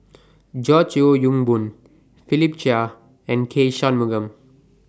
George Yeo Yong Boon Philip Chia and K Shanmugam